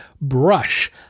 Brush